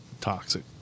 toxic